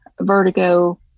vertigo